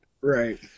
Right